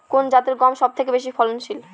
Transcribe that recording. কোন জাতের গম সবথেকে বেশি ফলনশীল?